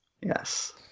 yes